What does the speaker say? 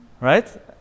right